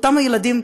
אותם ילדים,